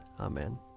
Amen